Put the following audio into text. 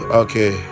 okay